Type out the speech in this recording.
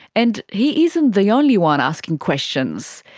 and he isn't the only one asking questions.